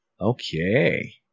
Okay